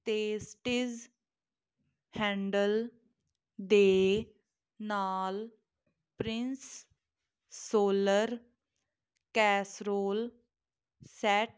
tasties handle ਦੇ ਨਾਲ Prince solar casserole set